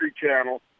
Channel